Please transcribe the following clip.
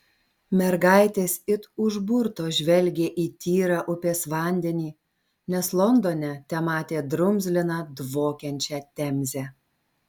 mergaitės it užburtos žvelgė į tyrą upės vandenį nes londone tematė drumzliną dvokiančią temzę